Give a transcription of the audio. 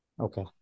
Okay